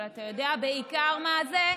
אבל אתה יודע בעיקר מה זה?